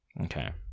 Okay